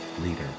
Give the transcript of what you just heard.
leader